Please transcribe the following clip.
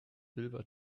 silver